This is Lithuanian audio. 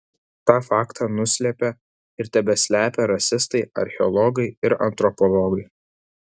tą faktą nuslėpę ir tebeslepią rasistai archeologai ir antropologai